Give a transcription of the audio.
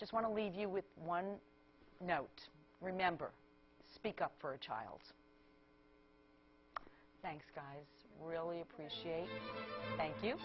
just want to leave you with one note remember speak up for a child's thanks guys really appreciate